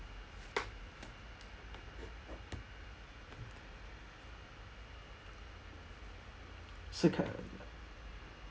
so curr~